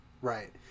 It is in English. Right